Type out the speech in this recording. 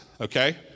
okay